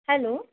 hello